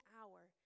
hour